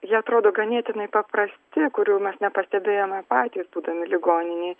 jie atrodo ganėtinai paprasti kurių mes nepastebėjome patys būdami ligoninėj